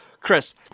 Chris